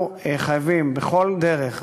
אנחנו חייבים בכל דרך,